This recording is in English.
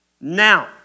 Now